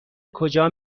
کجا